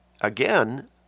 again